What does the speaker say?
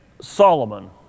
Solomon